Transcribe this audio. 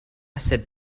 sed